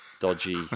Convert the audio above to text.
dodgy